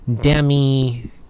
demi